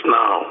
now